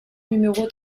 numéro